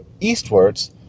eastwards